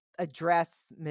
address